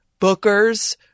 bookers